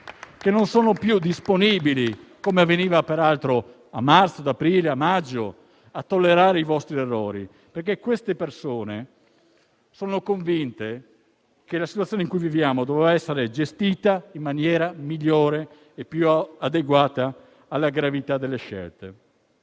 non sono più disposti, come avveniva a marzo, aprile e maggio, a tollerare i vostri errori. Queste persone sono convinte che la situazione in cui viviamo doveva essere gestita in maniera migliore e più adeguata alla gravità delle scelte